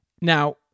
Now